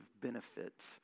benefits